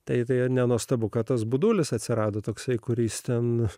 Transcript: tai nenuostabu kad tas budulis atsirado toksai kuris ten